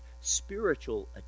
spiritual